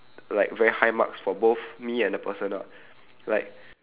like very high marks for both me and the person ah like